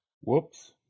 Whoops